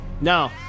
No